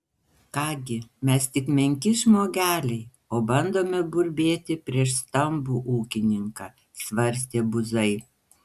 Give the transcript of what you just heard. ką gi mes tik menki žmogeliai o bandome burbėti prieš stambų ūkininką svarstė buzai